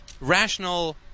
rational